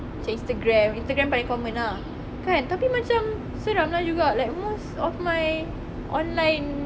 macam instagram instagram paling common ah kan tapi macam seram lah juga like most of my online